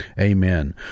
amen